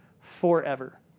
forever